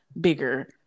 bigger